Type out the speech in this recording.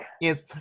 Yes